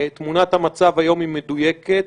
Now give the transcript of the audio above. תמונת המצב היום היא מדויקת.